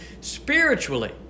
spiritually